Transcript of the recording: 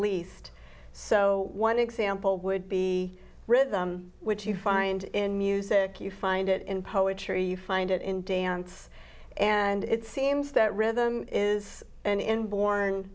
least so one example would be rhythm which you find in music you find it in poetry you find it in dance and it seems that rhythm is an inborn